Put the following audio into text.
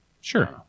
Sure